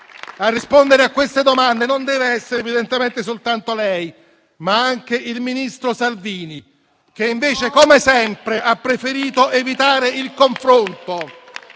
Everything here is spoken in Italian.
A rispondere a queste domande non dev'essere evidentemente soltanto lei, ma anche il ministro Salvini, che invece, come sempre, ha preferito evitare il confronto.